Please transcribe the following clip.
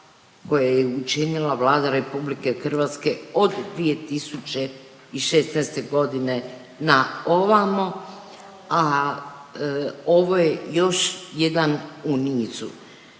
koje je učinila Vlada RH od 2016. godine na ovamo, a ovo je još jedan u niz.